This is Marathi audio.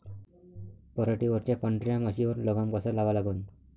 पराटीवरच्या पांढऱ्या माशीवर लगाम कसा लावा लागन?